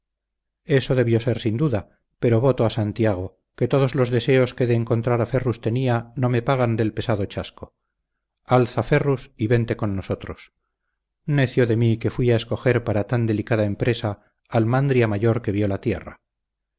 eso debió ser sin duda pero voto a santiago que todos los deseos que de encontrar a ferrus tenía no me pagan del pesado chasco alza ferrus y vente con nosotros necio de mí que fui a escoger para tan delicada empresa al mandria mayor que vio la tierra